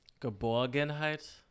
Geborgenheit